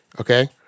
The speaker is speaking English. Okay